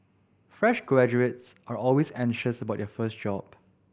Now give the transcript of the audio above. fresh graduates are always anxious about their first job